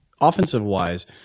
Offensive-wise –